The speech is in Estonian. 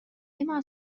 ema